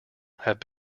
have